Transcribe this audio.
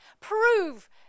prove